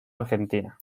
argentina